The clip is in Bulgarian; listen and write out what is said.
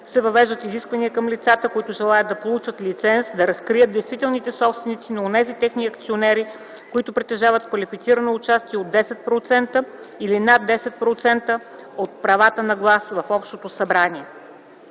се въвеждат изисквания към лицата, които желаят да получат лиценз, да разкрият действителните собственици на онези техни акционери, които притежават квалифицирано участие от 10% или над 10% от правата на глас в общото събрание.